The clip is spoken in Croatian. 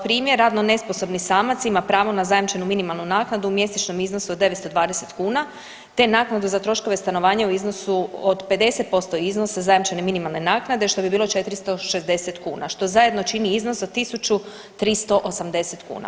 Primjer radno nesposobni samac ima pravo na zajamčenu minimalnu naknadu u mjesečnom iznosu od 920 kuna, te naknadu za troškove stanovanja u iznosu od 50% iznosa zajamčene minimalne naknade, što bi bilo 460 kuna, što zajedno čini iznos od 1.380 kuna.